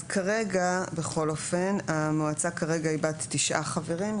כרגע בכל אופן המועצה כרגע היא בת תשעה חברים.